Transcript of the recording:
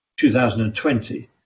2020